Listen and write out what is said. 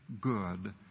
good